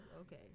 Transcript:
Okay